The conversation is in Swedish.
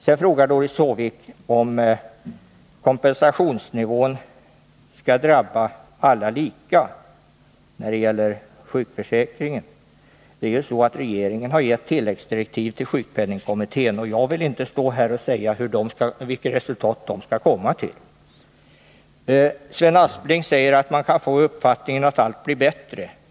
Sedan frågade Doris Håvik om kompensationsnivån när det gäller sjukförsäkringen skall drabba alla lika. Regeringen har gett tilläggsdirektiv till sjukpenningkommittén, och jag vill inte stå här och säga vilket resultat den skall komma fram till. Sven Aspling säger att man kan få uppfattningen att allt blir bättre.